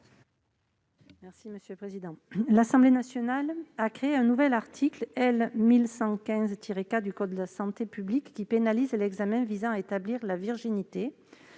Marie-Pierre Monier. L'Assemblée nationale a créé un nouvel article L. 1115-4 du code de la santé publique, qui pénalise l'examen visant à établir la virginité.